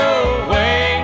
away